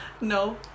No